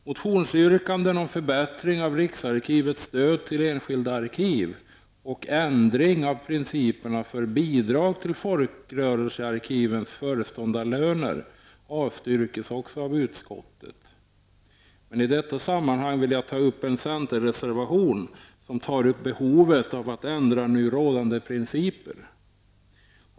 Motionsyrkanden om förbättring av riksarkivets stöd till enskilda arkiv och om ändring av principerna för bidrag till folkrörelsearkivens föreståndarlöner avstyrks också av utskottet. I detta sammanhang vill jag nämna en centerreservation som tar upp behovet av att ändra nu rådande principer.